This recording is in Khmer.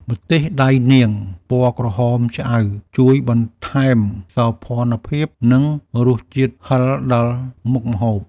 ម្ទេសដៃនាងពណ៌ក្រហមឆ្អៅជួយបន្ថែមសោភ័ណភាព និងរសជាតិហឹរដល់មុខម្ហូប។